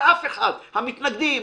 ואף אחד המתנגדים,